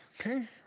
Okay